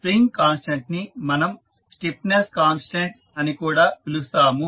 spring constant ని మనం stiffness constant అని కూడా పిలుస్తాము